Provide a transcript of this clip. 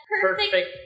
perfect